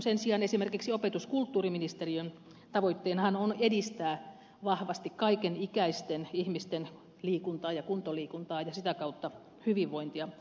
sen sijaan opetus ja kulttuuriministeriön tavoitteenahan on edistää vahvasti kaiken ikäisten ihmisten liikuntaa ja kuntoliikuntaa ja sitä kautta hyvinvointia